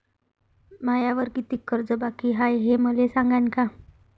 मायावर कितीक कर्ज बाकी हाय, हे मले सांगान का?